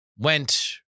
Went